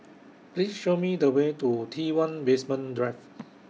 Please Show Me The Way to T one Basement Drive